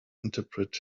interpret